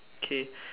K